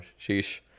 Sheesh